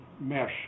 mesh